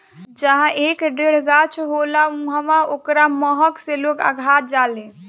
जहाँ एकर ढेर गाछ होला उहाँ ओकरा महक से लोग अघा जालें